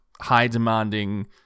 high-demanding